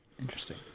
Interesting